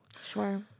Sure